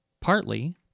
Partly